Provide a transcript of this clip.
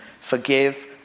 Forgive